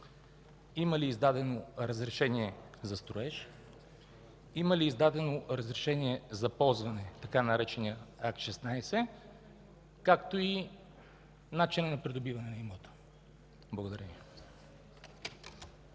има ли издадено разрешение за строеж; има ли издадено разрешение за ползване, така нареченият Акт 16; както и начинът на придобиване на имота? Благодаря.